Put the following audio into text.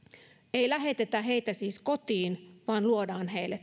ei lähetetä heitä siis kotiin vaan luodaan heille